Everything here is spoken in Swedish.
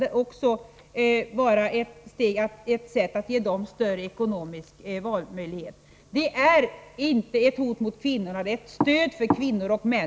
Detta kan vara ett sätt att ekonomiskt ge dem större valmöjlighet. Det är inte ett hot mot kvinnorna, det är ett stöd för kvinnor och män.